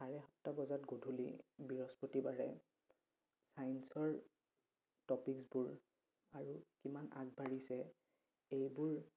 চাৰে সাতটা বজাত গধূলি বৃহস্পতিবাৰে ছায়েন্সৰ টপিক্সবোৰ আৰু কিমান আগবাঢ়িছে এইবোৰ